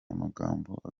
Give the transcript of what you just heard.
amagambo